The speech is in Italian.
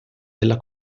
della